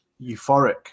euphoric